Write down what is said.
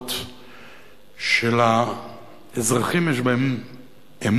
המערכות שלאזרחים יש בהן אמון,